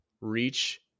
reach